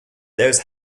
there’s